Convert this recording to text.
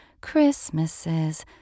Christmases